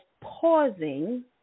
pausing